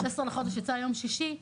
15 בחודש יצא יום שישי,